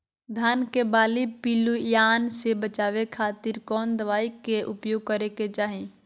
धान के बाली पिल्लूआन से बचावे खातिर कौन दवाई के उपयोग करे के चाही?